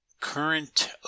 current